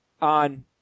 on